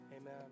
amen